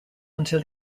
until